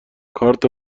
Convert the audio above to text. کارت